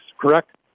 correct